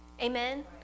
Amen